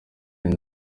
none